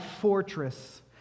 fortress